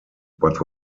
but